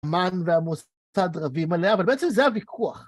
מן והמוסד רבים עליה, אבל בעצם זה הוויכוח.